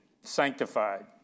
sanctified